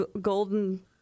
golden